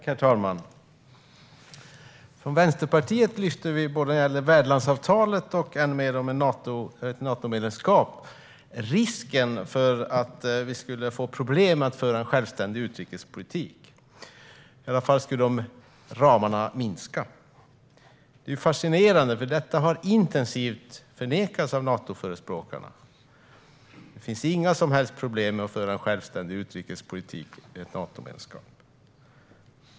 Herr talman! Vi i Vänsterpartiet lyfter fram risken att genom både värdlandsavtalet och numera ett Natomedlemskap få problem med att föra en självständig utrikespolitik. Ramarna skulle i varje fall minska. Det är fascinerande hur detta har förnekats intensivt av Natoförespråkarna. De har sagt att det inte finns några som helst problem med att föra en självständig utrikespolitik i ett Natomedlemskap.